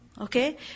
okay